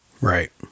Right